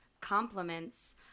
compliments